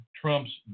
Trump's